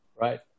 right